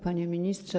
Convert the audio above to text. Panie Ministrze!